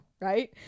right